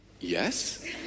Yes